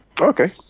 Okay